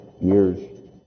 years